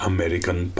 American